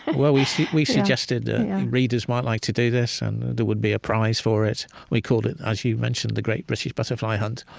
well, we we suggested that readers might like to do this, and there would be a prize for it. we called it, as you mentioned, the great british butterfly hunt.